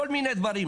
כל מיני דברים.